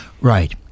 Right